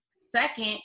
Second